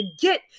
get